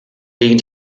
gegen